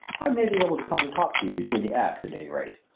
i may be able to come and talk to you between the acts at any rate.